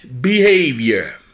behavior